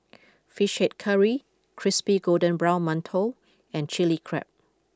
Fish Head Curry Crispy Golden Brown Mantou and Chili Crab